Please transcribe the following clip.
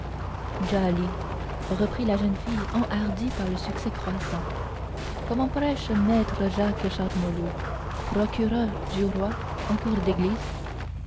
djali reprit la jeune fille enhardie par le succès croissant comment prêche maître jacques charmolue procureur du roi en cour d'église